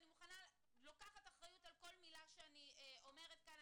ואני לוקחת אחריות על כל מילה שאני אומרת כאן.